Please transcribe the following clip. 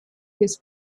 his